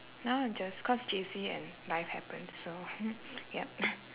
now I'm just cause J_C and life happened so ya